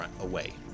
away